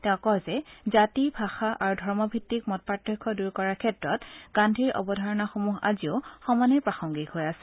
তেওঁ কয় যে জাতি ভাষা আৰু ধৰ্মভিত্তিক মতপাৰ্থক্য দূৰ কৰাৰ ক্ষেত্ৰত গাল্পীৰ অৱধাৰণাসমূহ আজিও সমানে প্ৰাসঙ্গিক হৈ আছে